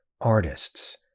artists